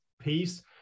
piece